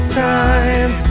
time